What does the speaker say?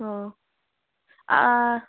ꯑꯣ ꯑꯥ